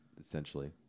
essentially